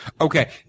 okay